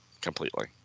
Completely